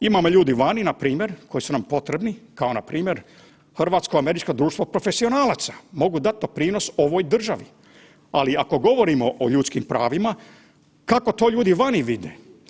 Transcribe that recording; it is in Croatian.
Imamo ljudi vani npr. koji su nam potrebni kao npr. Hrvatsko-američko društvo profesionalaca mogu dati doprinos ovoj državi, ali ako govorimo o ljudskim pravima kako to ljudi vani vide.